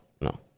no